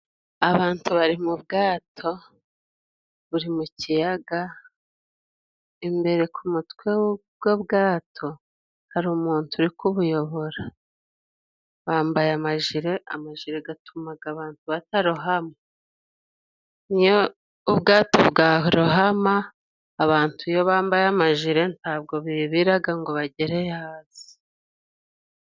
Abantu bari mu bwato buri mu kiyaga imbere ku mutwe w'ubwo bwato hari umuntu uri kubuyobora, bambaye amajire, amajire gatuma batarohama. Niyo ubwato bwarohama abantu iyo bambaye amajire ntabwo bibiraga ngo bagereyo hasi.